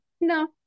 No